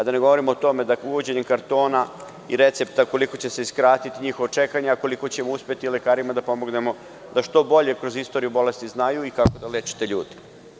Da ne govorim o tome koliko će se uvođenjem kartona i recepta skratiti njihovo čekanje, a koliko ćemo uspeti lekarima da pomognemo da što bolje kroz istoriju bolesti znaju kako da leče te ljude.